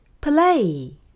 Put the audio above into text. Play